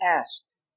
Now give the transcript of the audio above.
asked